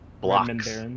blocks